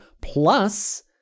Plus